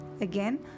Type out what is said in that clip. Again